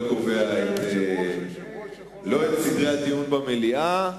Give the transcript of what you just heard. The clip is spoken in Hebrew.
לא אני קובע את סדרי הדיון במליאה,